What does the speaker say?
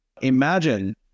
Imagine